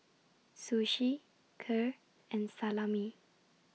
Sushi Kheer and Salami